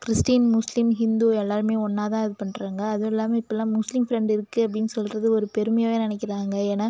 Christian முஸ்லீம் ஹிந்து எல்லாருமே ஒன்னா தான் இது பண்ணுறாங்க அதுவும் இல்லாமல் இப்போலாம் முஸ்லீம் ஃப்ரெண்டு இருக்கு அப்படின்னு சொல்கிறது ஒரு பெருமையாகவே நினைக்கிறாங்க ஏன்னா